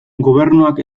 gobernuak